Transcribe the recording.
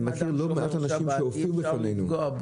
אני מכיר לא מעט אנשים שהופיעו בפנינו.